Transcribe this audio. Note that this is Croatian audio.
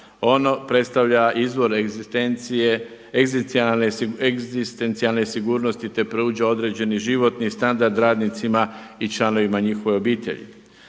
Ono predstavlja izvore egzistencije, egzistencijalne sigurnosti te pruža određeni životni standard radnicima i članovima njihove obitelji.